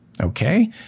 Okay